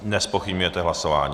Nezpochybňujete hlasování.